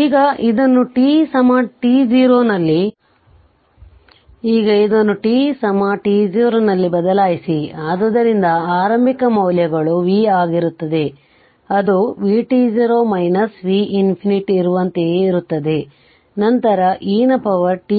ಈಗ ಇದನ್ನುt t0 ನಲ್ಲಿ ಬದಲಾಯಿಸಿ ಆದ್ದರಿಂದ ಆರಂಭಿಕ ಮೌಲ್ಯಗಳು v ಆಗಿರುತ್ತದೆ ಅದು vt0 v ∞ ಇರುವಂತೆಯೇ ಇರುತ್ತದೆ ನಂತರ e ನ ಪವರ್ t